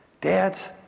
Dad's